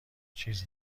چیز